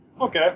Okay